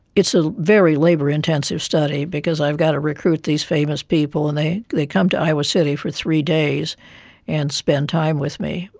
it's a very labour intensive study because i've got to recruit these famous people and they they come to iowa city for three days and spent time with me.